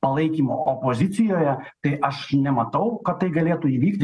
palaikymo opozicijoje tai aš nematau kad tai galėtų įvykti